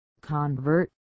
Convert